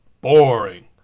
boring